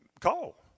call